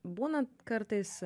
būna kartais